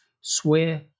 swear